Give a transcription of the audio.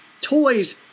toys